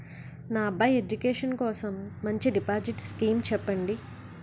నా అబ్బాయి ఎడ్యుకేషన్ కోసం మంచి డిపాజిట్ స్కీం చెప్పండి